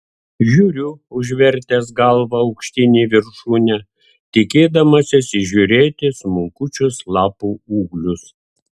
žiūriu užvertęs galvą aukštyn į viršūnę tikėdamasis įžiūrėti smulkučius lapų ūglius